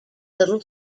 little